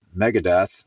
megadeth